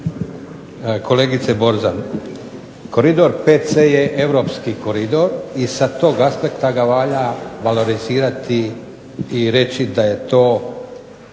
Kolegice Borzan, Koridor 5C je europski koridor i sa tog aspekta ga valja valorizirati i reći da je to